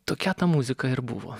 tokia ta muzika ir buvo